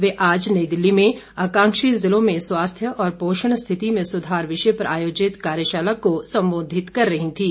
वे आज नई दिल्ली में आकांक्षी जिलों में स्वास्थ्य और पोषण स्थिति में सुधार विषय पर आयोजित कार्यशाला को संबोधित कर रही थीं